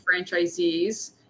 franchisees